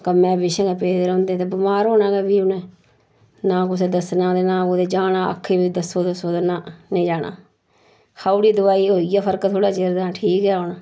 कम्मै पिच्छै गै पेदे रौंह्दे ते बमार होना गै फ्ही उ'नें नां कुसै दस्सना ते नां कुदै जाना आक्खी बी दस्सो तां बी ना नेईं जाना खाउड़ी दवाई होई गेआ फर्क थोह्ड़े चिर तां ठीक ऐ हून